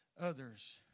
others